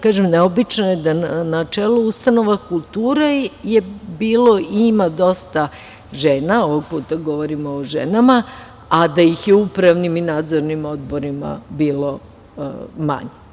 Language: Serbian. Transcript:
Kažem, neobično je da na čelu ustanova kulture je bilo i ima dosta žena, ovog puta govorimo o ženama, a da ih je u upravnim i nadzornim odborima bilo manje.